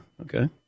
Okay